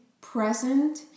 present